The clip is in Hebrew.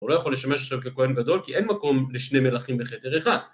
הוא לא יכול לשמש עכשיו ככהן גדול כי אין מקום לשני מלכים בכתר אחד.